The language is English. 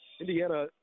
Indiana